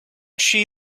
she